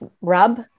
rub